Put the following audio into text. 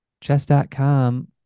Chess.com